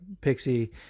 Pixie